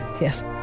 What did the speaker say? Yes